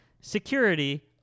security